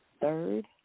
third